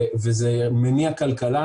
וזה מניע כלכלה,